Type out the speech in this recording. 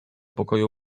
pokoju